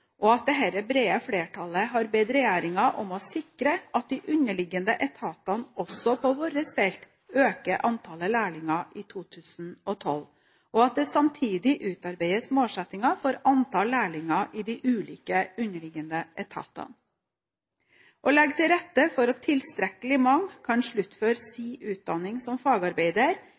og at dette brede flertallet har bedt regjeringen om å sikre at de underliggende etatene – også på vårt felt – øker antall lærlinger i 2012, og at det samtidig utarbeides målsettinger for antall lærlinger i de ulike underliggende etatene. Å legge til rette for at tilstrekkelig mange kan sluttføre sin utdanning som fagarbeider,